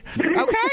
okay